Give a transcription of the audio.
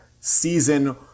season